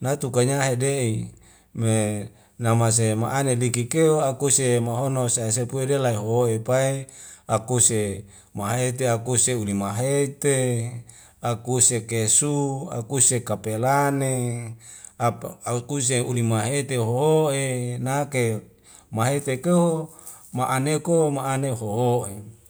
natuka nyahede'i me namase ma'ane liki kewa akuse mohono sae se'pue de lai hoe pai akuse mohaite akuse uli mahete akuse kesu akuse kapelane ap aikuse uling mahete hoho'e nake mahete keu ma'ane ko ma'ane hoho'e